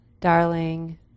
darling